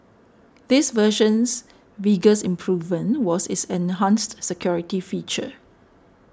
this version's biggest improvement was its enhanced security feature